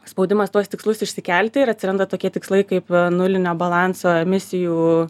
spaudimas tuos tikslus išsikelti ir atsiranda tokie tikslai kaip nulinio balanso emisijų